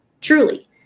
truly